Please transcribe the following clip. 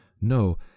No